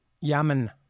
Yemen